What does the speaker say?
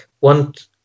want